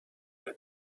and